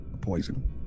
poison